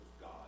God